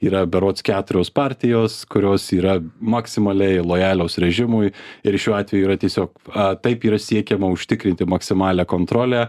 yra berods keturios partijos kurios yra maksimaliai lojalios režimui ir šiuo atveju yra tiesiog taip yra siekiama užtikrinti maksimalią kontrolę